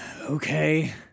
Okay